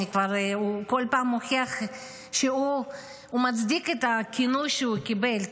הוא כל פעם מוכיח שהוא מצדיק את הכינוי שהוא קיבל,